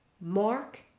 Mark